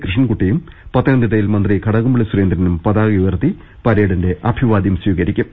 കൃഷ്ണൻകുട്ടിയും പത്തനംതിട്ടയിൽ മന്ത്രി കടകംപള്ളി സുരേ ന്ദ്രനും പതാക ഉയർത്തി അഭിവാദ്യം സ്വീകരിക്കും